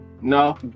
No